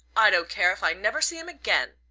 i don't care if i never see him again,